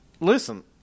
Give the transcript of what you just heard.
Listen